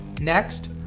next